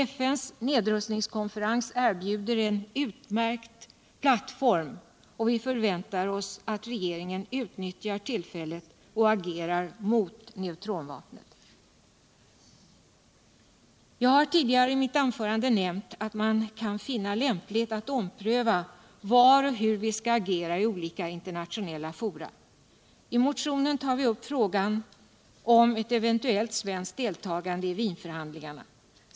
FN:s nedrustningskonferens erbjuder en utmärkt plattform. och vi förväntar Oss all regeringen utnyttjar tillfället och agerar mot neutronvapnet. Jag har tidigare i mitt anförande nämnt att man kan finna lämpligt att ompröva var och hur vi skall agera i olika internationella fora. I motionen tar vi upp frågan om eu eventuellt svenskt deltagande i Wienförhandlingarna.